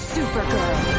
Supergirl